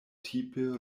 tipe